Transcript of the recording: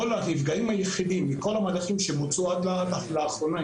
הנפגעים היחידים מכל המהלכים שבוצעו עד לאחרונה,